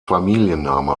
familienname